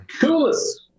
Coolest